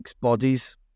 bodies